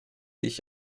ich